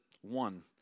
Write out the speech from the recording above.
one